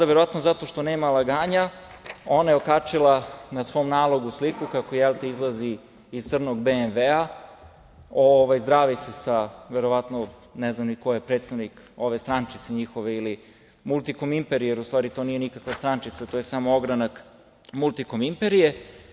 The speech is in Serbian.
Verovatno zato što nema laganja ona je okačila na svom nalogu sliku kako izlazi iz crnog BMW, zdravi se sa, ne znam ni ko je predstavnik ove njihove strančice ili „Multikom“ imperije, jer to u stavi nije nikakva strančica, to je samo ogranak „Multikom“ imperije.